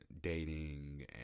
dating